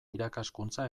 irakaskuntza